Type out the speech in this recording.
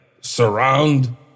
surround